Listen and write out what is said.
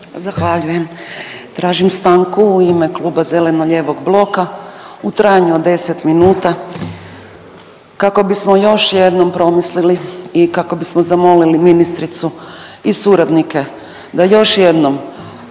Zahvaljujem. Tražim stanku u ime Kluba zeleno-lijevog bloka u trajanju od 10 minuta kako bismo još jednom promislili i kako bismo zamolili ministricu i suradnike da još jednom